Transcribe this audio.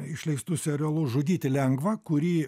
išleistu serialu žudyti lengva kurį